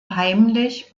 heimlich